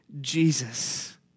Jesus